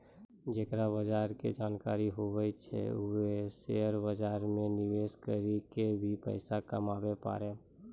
जेकरा बजार के जानकारी हुवै छै वें शेयर बाजार मे निवेश करी क भी पैसा कमाबै पारै